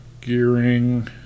gearing